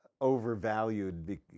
overvalued